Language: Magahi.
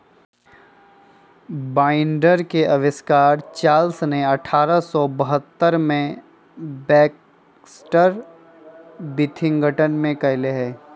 बाइंडर के आविष्कार चार्ल्स ने अठारह सौ बहत्तर में बैक्सटर विथिंगटन में कइले हल